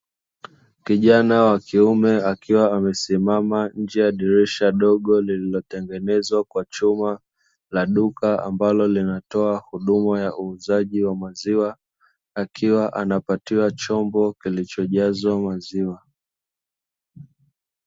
Kijana wakiume akiwa amesimama nje ya dirisha dogo lililotengenezwa kwa chuma la duka ambalo linatoa huduma ya uuzaji wa maziwa akiwa anapatuwa chombo kilichojaa maziwa.